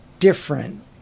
Different